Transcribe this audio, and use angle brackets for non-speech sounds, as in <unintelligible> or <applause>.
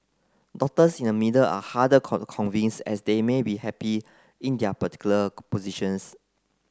doctors in the middle are harder <unintelligible> convince as they may be happy in their particular positions